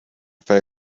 fei